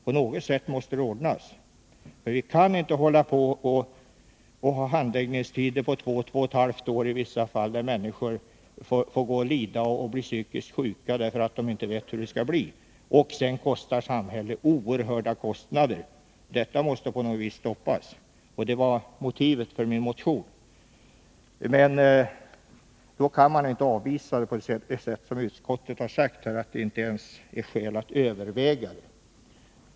På något sätt måste det gå, för vi kan inte ha handläggningstider på upp till två eller i vissa fall två och ett halvt år, som gör att människor får lida och blir psykiskt sjuka, därför att de inte vet hur beslutet blir. Dessutom kostar detta samhället oerhört stora summor. Det måste på något vis stoppas, och det var motivet för min motion. Jag tycker inte att man kan avvisa kraven på det sätt utskottet har gjort, när det säger att det inte ens finns skäl att överväga några åtgärder.